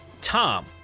Tom